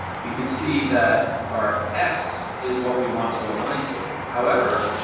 you could see that our x is what we want to align to. however,